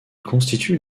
constituent